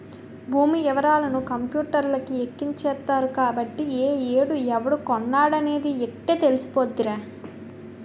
భూమి యివరాలన్నీ కంపూటర్లకి ఎక్కించేత్తరు కాబట్టి ఏ ఏడు ఎవడు కొన్నాడనేది యిట్టే తెలిసిపోద్దిరా